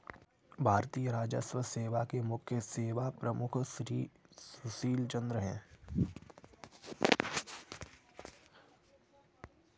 भारतीय राजस्व सेवा के मुख्य सेवा प्रमुख श्री सुशील चंद्र हैं